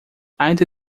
ainda